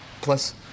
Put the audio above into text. plus